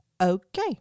okay